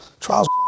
Trials